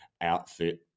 outfit